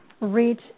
reach